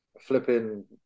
flipping